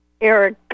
Eric